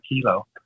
kilo